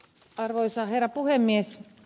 arvoisa herra puhemies